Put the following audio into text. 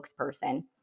spokesperson